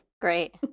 Great